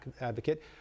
advocate